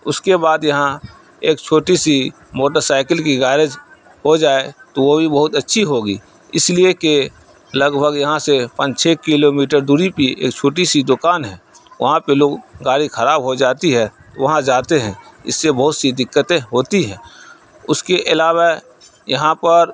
اس کے بعد یہاں ایک چھوٹی سی موٹر سائیکل کی گیریج ہو جائے تو وہ بھی بہت اچّھی ہوگی اس لیے کہ لگ بھگ یہاں سے پان چھ کلو میٹر دوری پہ ایک چھوٹی سی دکان ہے وہاں پہ لوگ گاڑی خراب ہو جاتی ہے تو وہاں جاتے ہیں اس سے بہت سی دقتیں ہوتی ہیں اس کے علاوہ یہاں پر